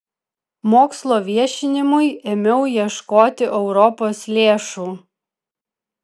mokslo viešinimui ėmiau ieškoti europos lėšų